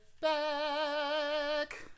back